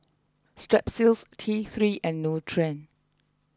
Strepsils T three and Nutren